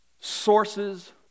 sources